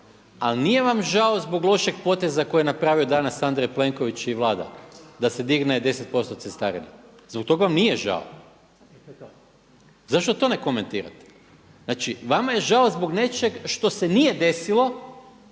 ali nije vam žao zbog lošeg poteza koji je napravio danas Andrej Plenković i Vlada, da se digne 10% cestarina, zbog tog vam nije žao. Zašto to ne komentirate? Znači vama je žao zbog nečeg što se nije desilo,